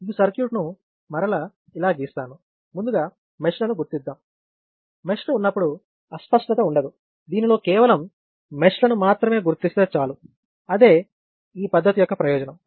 ఈ సర్క్యూట్ను మరల ఇలా గీస్తాను ముందుగా మెష్లను గుర్తిద్దాం మెష్లు ఉన్నప్పుడు అస్పష్టత ఉండదు దీనిలో కేవలం మెష్లను మాత్రం గుర్తిస్తే చాలు అదే ఈ పద్ధతి యొక్క ప్రయోజనం